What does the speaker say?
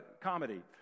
comedy